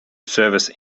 service